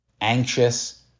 anxious